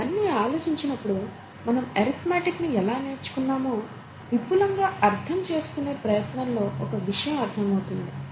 ఇవన్నీ ఆలోచించినప్పుడు మనం అరిథమెటిక్ని ఎలా నేర్చుకున్నామో విపులంగా అర్ధంచేసుకునే ప్రయత్నంలో ఒక విషయం అర్థం అవుతుంది